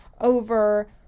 over